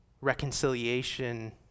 reconciliation